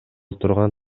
турган